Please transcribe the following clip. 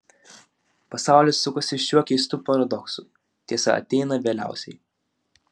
pasaulis sukasi šiuo keistu paradoksu tiesa ateina vėliausiai